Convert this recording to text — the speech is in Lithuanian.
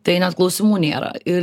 tai net klausimų nėra ir